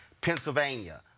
Pennsylvania